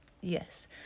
yes